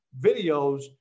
videos